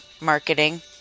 marketing